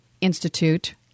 Institute